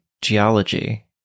geology